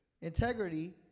Integrity